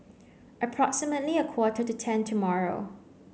approximately a quarter to ten tomorrow